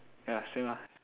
ya same ah